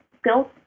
skills